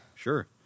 Sure